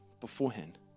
beforehand